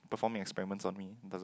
performing experiments on me doesn't